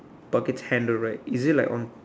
buckets hand the right is it like on